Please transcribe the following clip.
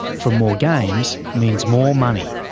from more games, means more money.